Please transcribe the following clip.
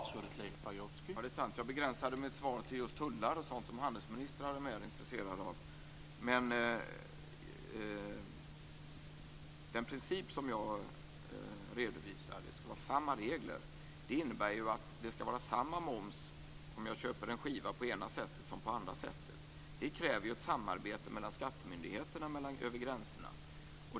Herr talman! Det är sant, jag begränsade mitt svar till just tullar och sådant som handelsministrar är mer intresserade av. Men den princip som jag redovisade, att det skall vara samma regler, innebär att det skall vara samma moms om jag köper en skiva på det ena sättet som på det andra sättet. Det kräver ett samarbete mellan skattemyndigheterna över gränserna.